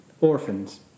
orphans